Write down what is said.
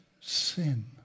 sin